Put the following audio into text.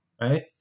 right